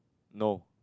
no